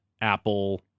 Apple